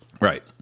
Right